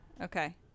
Okay